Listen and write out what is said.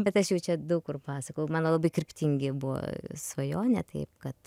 bet aš jau čia daug kur pasakojau mano labai kryptingi buvo svajonė taip kad